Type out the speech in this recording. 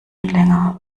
länger